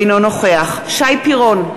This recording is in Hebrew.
אינו נוכח שי פירון,